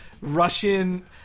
Russian